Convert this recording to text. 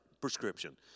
prescription